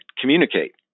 communicate